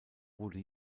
wurde